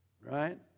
right